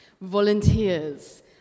volunteers